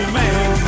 man